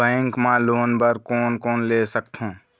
Bank मा loan बर कोन कोन ले सकथों?